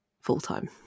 full-time